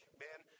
man